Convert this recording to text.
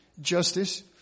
justice